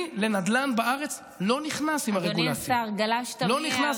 היא נס מכיוון שהיא מתפתחת וצומחת בממדים